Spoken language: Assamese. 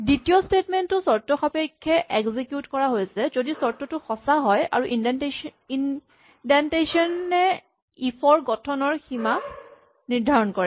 দ্বিতীয় স্টেটমেন্ট টো চৰ্তসাপেক্ষে এক্সিকিউট কৰা হৈছে যদি চৰ্তটো সঁচা হয় আৰু ইন্ডেটেচন এ ইফ ৰ গঠনৰ সীমা নিৰ্ধাৰণ কৰে